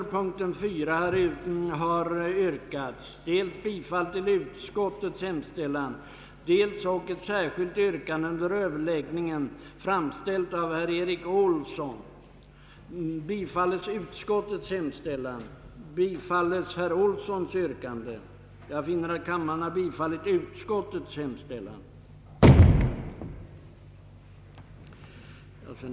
Förslagen i propositionen innebure bland annat, att riksinternatskolor skulle inrättas för att skolgången för dels utlandssvenska elever, dels elever som hade styrkt behov av miljöbyte eller vore från glesbygd skulle underlättas. Högst 60 procent av internatkapaciteten borde få tagas i anspråk för ut även taga emot externatelever från kommun där skola funnes och från närliggande kommuner.